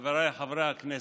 חבריי חברי הכנסת,